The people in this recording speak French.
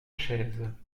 chaises